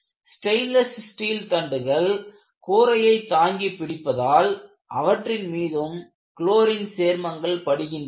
stainless steel தண்டுகள் கூரையை தாங்கி பிடிப்பதால் அவற்றின் மீதும் குளோரின் சேர்மங்கள் படிகின்றன